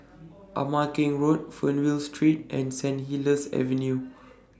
Ama Keng Road Fernvale Street and Saint Helier's Avenue